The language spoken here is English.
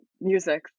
music